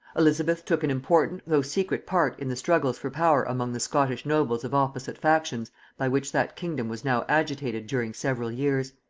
elizabeth took an important though secret part in the struggles for power among the scottish nobles of opposite factions by which that kingdom was now agitated during several years.